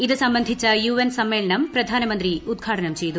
ഇത് സംബന്ധിച്ച U N സ്റ്റ്മേളനം പ്രധാനമന്ത്രി ഉദ്ഘാടനം ചെയ്തു